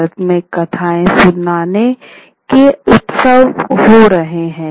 भारत में कथाएँ सुनाने के उत्सव हो रहे हैं